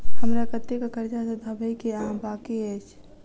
हमरा कतेक कर्जा सधाबई केँ आ बाकी अछि?